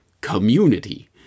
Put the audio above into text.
community